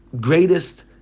greatest